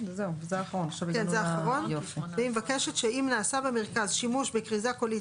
התקנה מבקשת שאם נעשה במרכז שימוש בכריזה קולית